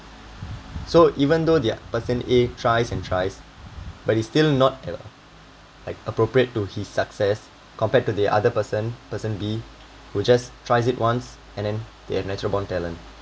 so even though their person A tries and tries but it's still not like appropriate to his success compared to the other person person B who just tries it once and then they have natural born talent